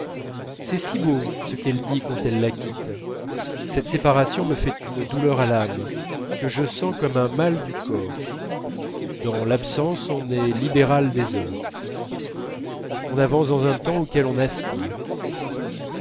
c'est si beau ce qu'elle dit quand elle la quitte cette séparation me fait une douleur à l'âme que je sens comme un mal du corps dans l'absence on est libéral des heures on avance dans un temps auquel on aspire